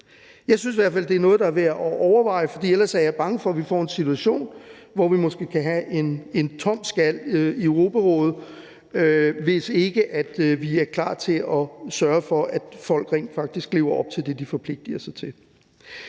hvert fald, det er noget, der er værd at overveje, for ellers er jeg bange for, at vi får en situation, hvor vi måske kan have en tom skal i Europarådet, hvis ikke vi er klar til at sørge for, at folk rent faktisk lever op til det, de forpligtiger sig til.